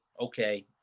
okay